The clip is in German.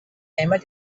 einmal